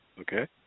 Okay